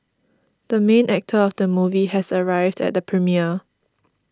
the main actor of the movie has arrived at the premiere